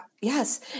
yes